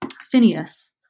Phineas